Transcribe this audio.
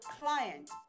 client